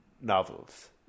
novels